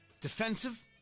Defensive